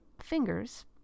fingers